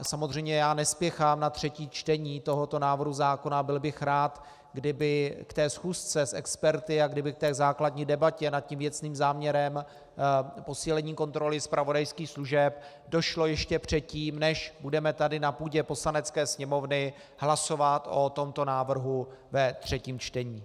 Samozřejmě nespěchám na třetí čtení tohoto návrhu zákona a byl bych rád, kdyby ke schůzce s experty a kdyby k základní debatě nad věcným záměrem posílení kontroly zpravodajských služeb došlo ještě předtím, než budeme tady na půdě Poslanecké sněmovny hlasovat o tomto návrhu ve třetím čtení.